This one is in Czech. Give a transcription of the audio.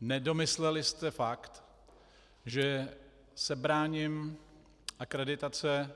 Nedomysleli jste fakt, že sebráním akreditace